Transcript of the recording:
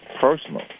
personal